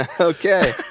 Okay